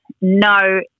No